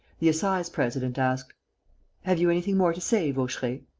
the assize-president asked have you anything more to say, vaucheray?